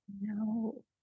No